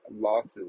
losses